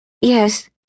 Yes